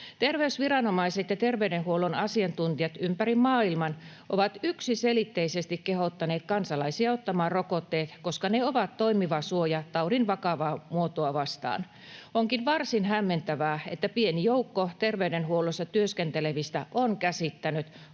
Terveysviranomaiset ja terveydenhuollon asiantuntijat ympäri maailman ovat yksiselitteisesti kehottaneet kansalaisia ottamaan rokotteet, koska ne ovat toimiva suoja taudin vakavaa muotoa vastaan. Onkin varsin hämmentävää, että pieni joukko terveydenhuollossa työskentelevistä on käsittänyt